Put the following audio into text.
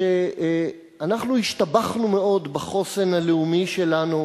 שאנחנו השתבחנו מאוד בחוסן הלאומי שלנו,